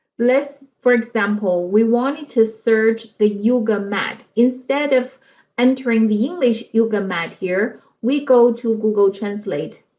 lets for example we wanted to search the yoga mat instead of entering the english yoga mat here we go to google translate